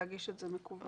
להגיש את זה מקוון.